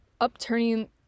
upturning